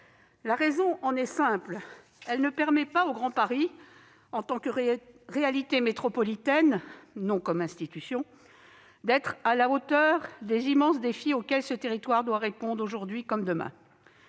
La raison en est simple : elle ne permet pas au Grand Paris, en tant que réalité métropolitaine- non en tant qu'institution -d'être à la hauteur des immenses défis auxquels ce territoire doit répondre, aujourd'hui comme demain.